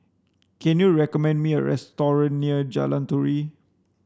can you recommend me a near Jalan Turi